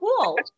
cool